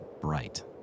bright